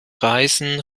reisen